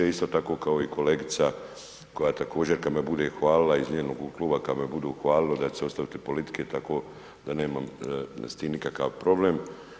Isto tako kao i kolegica koja također kad me bude hvalila iz njenog kluba kad me budu hvalili, onda ću se ostaviti politike, tako da nemam s tim nikakav problem.